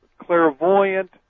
clairvoyant